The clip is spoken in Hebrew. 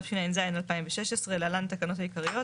התשע"ז-2016 (להלן התקנות העיקריות),